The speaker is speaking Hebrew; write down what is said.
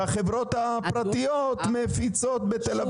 והחברות הפרטיות מפיצות בתל אביב.